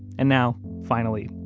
and now, finally,